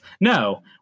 no